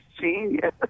genius